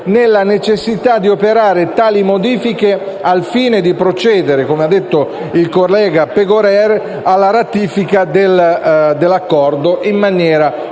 nella necessità di operare tali modifiche al fine di procedere, come ha detto il collega Pegorer, alla ratifica dell'accordo in maniera corretta.